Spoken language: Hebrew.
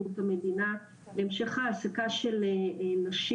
סוכמו על סכום של מעל מיליארד